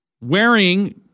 wearing